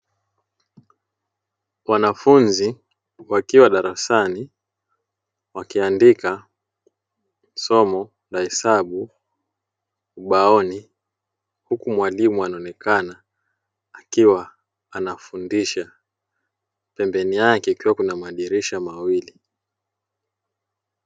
Wanafunzi wakiwa darasani wakiandika somo la hesabu ubaoni huku mwalimu akiwa anafundisha pembeni yake kukiwa kuna madirisha mawili.